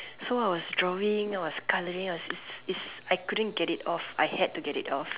so I was drawing I was colouring I was like is I couldn't get it off I had to get it off